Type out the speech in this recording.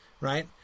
Right